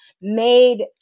made